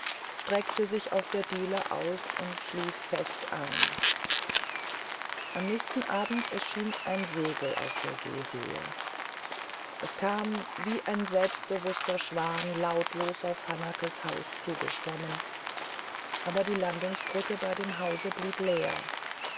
streckte sich auf der diele aus und schlief fest ein am nächsten abend erschien ein segel auf der seehöhe es kam wie ein selbstbewußter schwan lautlos auf hanakes haus zugeschwommen aber die landungsbrücke bei dem hause blieb leer